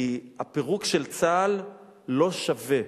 כי הפירוק של צה"ל לא שווה,